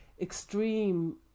extreme